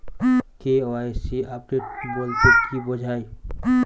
KYC update বলতে কি বোঝায়?